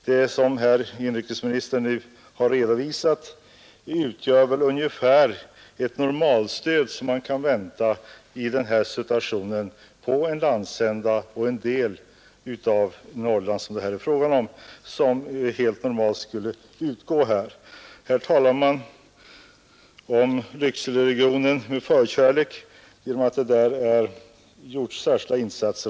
Det som inrikesministern nu har redovisat utgör väl ungefär ett normalstöd som man kan vänta i den situation som råder i denna del av Norrland. Inrikesministern talar med förkärlek om Lyckseleregionen, eftersom det där har gjorts särskilda insatser.